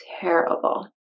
terrible